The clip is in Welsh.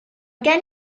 gen